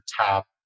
tap